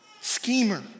schemer